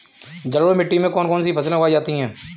जलोढ़ मिट्टी में कौन कौन सी फसलें उगाई जाती हैं?